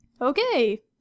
Okay